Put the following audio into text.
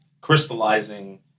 crystallizing